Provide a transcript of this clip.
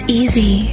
easy